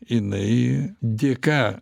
jinai dėka